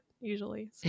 usually